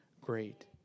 great